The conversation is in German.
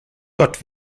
gott